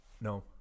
no